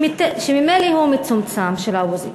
שממילא הוא מצומצם, של האופוזיציה.